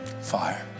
fire